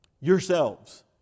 yourselves